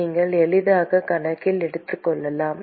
நீங்கள் எளிதாக கணக்கில் எடுத்துக்கொள்ளலாம்